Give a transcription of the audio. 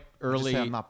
early